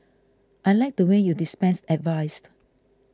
I liked the way you dispensed advice